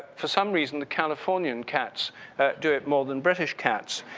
for some reason, the californian cats do it more than british cats.